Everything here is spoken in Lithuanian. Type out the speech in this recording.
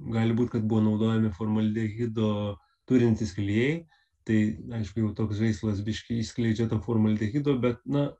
gali būt kad buvo naudojami formaldehido turintys klijai tai aišku jau toks žaislas biškį skleidžia formaldehido bet na